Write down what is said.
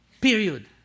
Period